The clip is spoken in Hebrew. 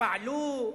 פעלו,